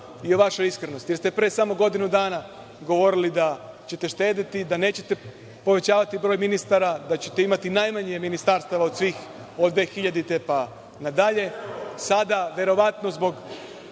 i o vašoj iskrenosti, jer ste pre samo godinu dana govorili da ćete štedeti, da nećete povećavati broj ministara, da ćete imati najmanje ministarstava od svih od 2000. godine pa na dalje. Sada, verovatno zbog